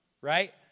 right